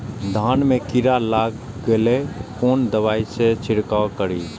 धान में कीरा लाग गेलेय कोन दवाई से छीरकाउ करी?